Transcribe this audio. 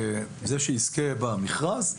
זה שיזכה במכרז,